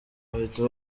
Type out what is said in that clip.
bahita